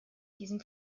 diesem